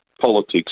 politics